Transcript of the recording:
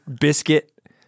biscuit